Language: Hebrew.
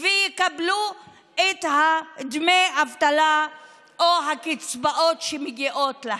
והם יקבלו את דמי האבטלה או הקצבאות שמגיעות להם.